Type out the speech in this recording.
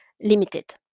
Limited